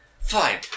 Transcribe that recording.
Fine